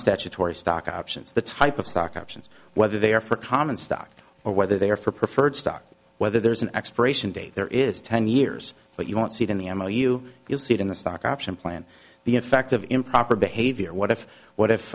statutory stock options the type of stock options whether they are for common stock or whether they are for preferred stock whether there is an expiration date there is ten years but you won't see it in the m l you will see it in the stock option plan the effect of improper behavior what if what if